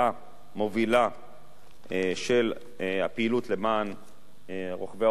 מובילה של הפעילות למען רוכבי האופנועים.